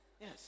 yes